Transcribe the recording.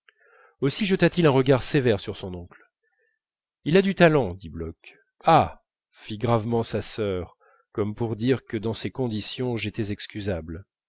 aussi jeta-t-il un regard sévère sur son oncle il a du talent dit bloch ah fit gravement sa sœur comme pour dire que dans ces conditions j'étais excusable